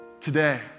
Today